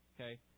okay